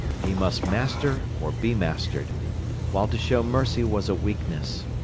he must master or be mastered while to show mercy was a weakness.